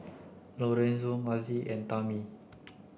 Lorenzo Mazie and Tammi